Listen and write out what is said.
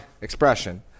expression